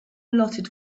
allotted